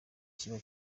kiba